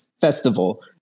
festival